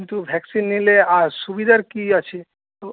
কিন্তু ভ্যাকসিন নিলে আর সুবিধার কি আছে তো